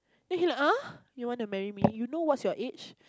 then he like uh you want to marry me you know what's your age